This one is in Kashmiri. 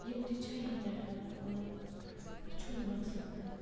یِم تہِ چھا ییٖتیٛاہ ہٮ۪لٕپ فُلَن مےٚ چھُنہٕ باسان